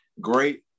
great